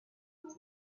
reach